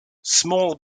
small